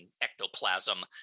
ectoplasm